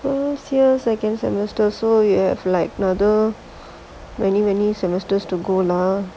first year second semester so you have like another many many semester to go lah